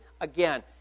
again